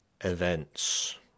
events